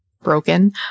Broken